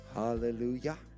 hallelujah